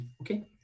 Okay